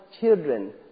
children